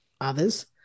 others